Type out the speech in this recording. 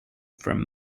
from